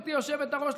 גברתי היושבת-ראש,